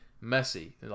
messy